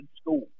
school